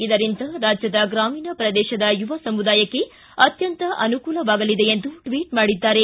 ಇದರಿಂದ ರಾಜ್ಕದ ಗ್ರಾಮೀಣ ಪ್ರದೇಶದ ಯುವ ಸಮುದಾಯಕ್ಕೆ ಅತ್ಯಂತ ಅನುಕೂಲವಾಗಲಿದೆ ಎಂದು ಟ್ವಿಟ್ ಮಾಡಿದ್ದಾರೆ